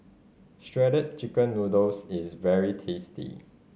Shredded Chicken Noodles is very tasty